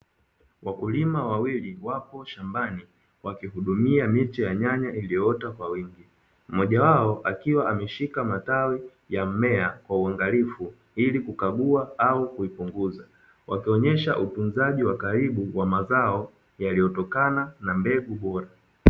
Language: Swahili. Wakulima wawili wapo shambani wakihudumia mito ya nyanya iliyoota kwa wingi, mmoja wao akiwa ameshika mazao ya mmea kwa uangalifu, ili kukagua au kuipunguza wakionyesha utunzaji wa karibu kwa mazao yaliyotokana na mbegu bora.